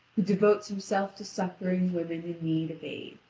devotes himself to succouring women in need of aid.